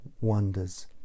wonders